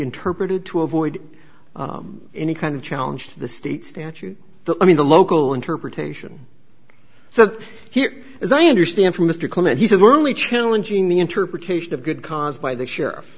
interpreted to avoid any kind of challenge to the state statute i mean the local interpretation so here as i understand from mr clement he says we're only challenging the interpretation of good caused by the sheriff